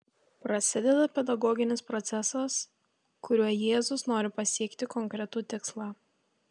prasideda pedagoginis procesas kuriuo jėzus nori pasiekti konkretų tikslą